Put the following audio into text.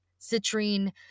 citrine